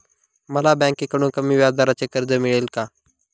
मला बँकेकडून कमी व्याजदराचे कर्ज मिळेल का?